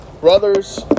Brothers